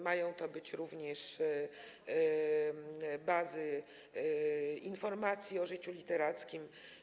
Mają to być również bazy informacji o życiu literackim.